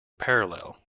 parallel